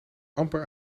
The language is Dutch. amper